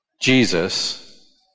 Jesus